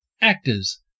Actors